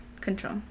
control